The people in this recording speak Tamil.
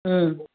ம்